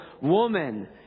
woman